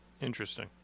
Interesting